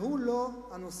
והוא לא הנושא